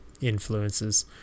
influences